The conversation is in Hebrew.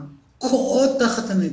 קורעות תחת הנטל,